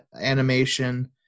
animation